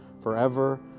forever